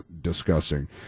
discussing